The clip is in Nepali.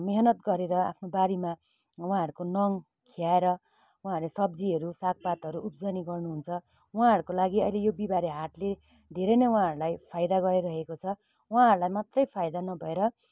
मेहनत गरेर आफ्नो बारीमा उहाँहरूको नङ खियाएर उहाँहरूले सब्जीहरू साग पातहरू उब्जनी गर्नु हुन्छ उहाँहरूको लागि अहिले यो बिहीबारे हाटले धेरै नै उहाँहरूलाई फाइदा गराइरहेको छ उहाँहरूलाई मात्रै फाइदा नभएर